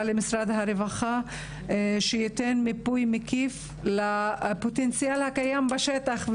למשרד הרווחה שייתן מיפוי מקיף לפוטנציאל הקיים בשטח.